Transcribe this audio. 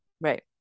Right